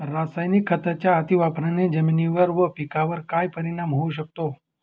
रासायनिक खतांच्या अतिवापराने जमिनीवर व पिकावर काय परिणाम होऊ शकतो?